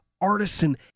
artisan